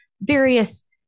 various